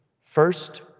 First